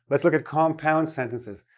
let's look at compound sentences.